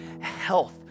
health